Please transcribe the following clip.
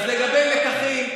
לגבי לקחים,